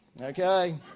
okay